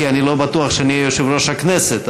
כי אני לא בטוח שאני אהיה יושב-ראש הכנסת,